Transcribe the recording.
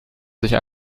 sich